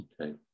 Okay